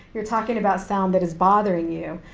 you're talking about sound that is bothering you.